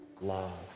Love